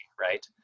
right